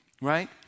Right